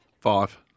five